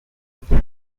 bwe